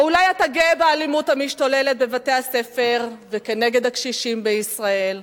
או אולי אתה גאה באלימות המשתוללת בבתי-הספר וכנגד הקשישים בישראל?